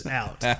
out